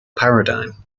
paradigm